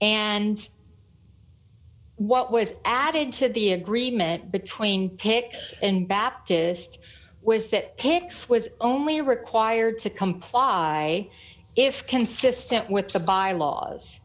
and what was added to the agreement between hicks and baptist was that hicks was only required to comply if consistent with the bylaws